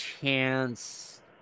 chance